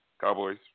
Cowboys